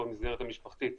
במסגרת המשפחתית.